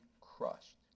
crushed